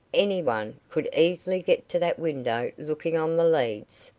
any one could easily get to that window looking on the leads.